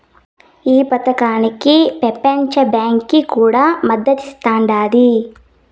ఈ పదకానికి పెపంచ బాంకీ కూడా మద్దతిస్తాండాది